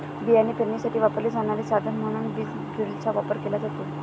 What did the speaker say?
बियाणे पेरणीसाठी वापरले जाणारे साधन म्हणून बीज ड्रिलचा वापर केला जातो